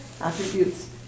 attributes